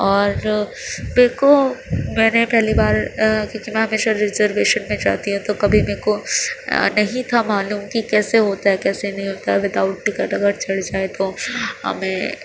اور میرے کو میں نے پہلی بار کیونکہ میں ہمیشہ ریزرویشن میں جاتی ہوں تو کبھی میرے کو نہیں تھا معلوم کہ کیسے ہوتا ہے کیسے نہیں ہوتا ہے ود آؤٹ ٹکٹ اگر چڑھ جائیں تو ہمیں